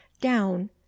Down